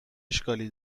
اشکالی